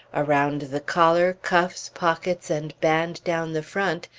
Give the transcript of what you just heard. around the collar, cuffs, pockets, and band down the front,